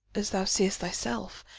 as thou seest thyself,